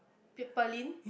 p~ Pearlyn